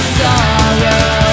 sorrow